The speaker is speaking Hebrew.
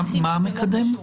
מה המקדם?